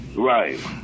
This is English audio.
Right